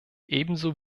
ebenso